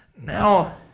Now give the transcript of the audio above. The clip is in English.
Now